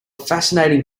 fascinating